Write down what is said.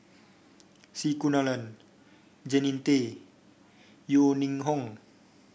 C Kunalan Jannie Tay Yeo Ning Hong